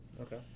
Okay